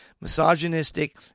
misogynistic